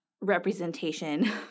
representation